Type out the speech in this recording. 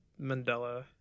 Mandela